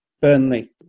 Burnley